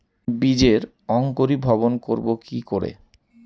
বীজের অঙ্কোরি ভবন করব কিকরে?